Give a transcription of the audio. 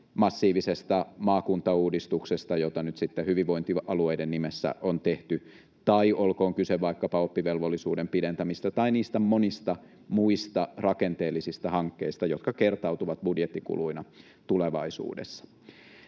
massiivisesta maakuntauudistuksesta, jota nyt sitten hyvinvointialueiden nimessä on tehty, tai olkoon kyse vaikkapa oppivelvollisuuden pidentämisestä tai niistä monista muista rakenteellisista hankkeista, jotka kertautuvat budjettikuluina tulevaisuudessa.